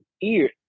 ear